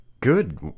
Good